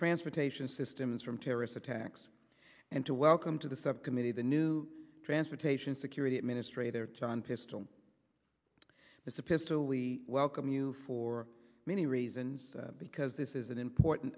transportation systems from terrorist attacks and to welcome to the subcommittee the new transportation security administration john pistol is a pistol we welcome you for many reasons because this is an important